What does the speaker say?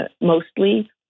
mostly